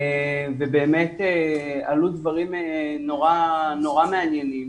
עלו דברים מאוד מעניינים.